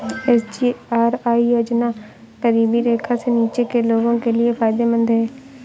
SGRY योजना गरीबी रेखा से नीचे के लोगों के लिए फायदेमंद है